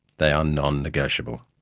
they are non-negotiable.